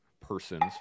person's